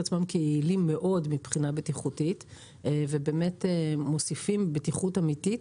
עצמם כיעילים מאוד מבחינה בטיחותית ובאמת מוסיפים בטיחות אמיתית,